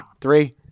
Three